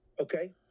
Okay